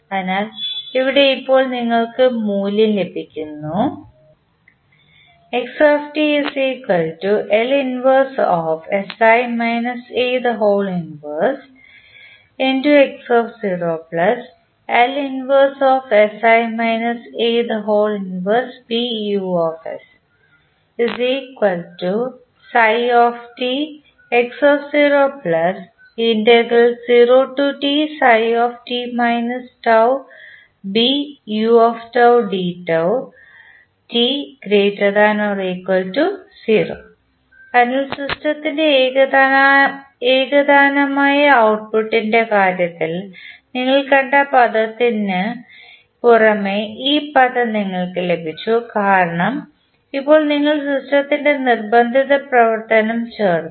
അതിനാൽ ഇവിടെ ഇപ്പോൾ നിങ്ങൾക്ക് മൂല്യം ലഭിക്കുന്നു അതിനാൽ സിസ്റ്റത്തിൻറെ ഏകതാനമായ ഔട്ട്പുട്ട്ൻറെ കാര്യത്തിൽ നിങ്ങൾ കണ്ട പദത്തിന് പുറമേ ഈ പദം നിങ്ങൾക്ക് ലഭിച്ചു കാരണം ഇപ്പോൾ നിങ്ങൾ സിസ്റ്റത്തിൽ നിർബന്ധിത പ്രവർത്തനം ചേർത്തു